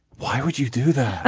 why would you do that. ah